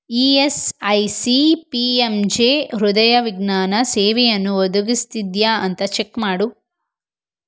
E S I C P M J ಹೃದಯವಿಜ್ಞಾನ ಸೇವೆಯನ್ನು ಒದಗಿಸ್ತಿದೆಯಾ ಅಂತ ಚೆಕ್ ಮಾಡು